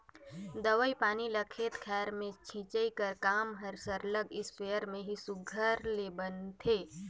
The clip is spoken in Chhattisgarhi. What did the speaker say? दवई पानी ल खेत खाएर में छींचई कर काम हर सरलग इस्पेयर में ही सुग्घर ले बनथे